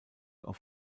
auf